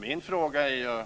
Min fråga är: